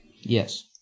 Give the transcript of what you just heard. Yes